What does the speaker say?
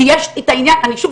כי יש את העניין שוב,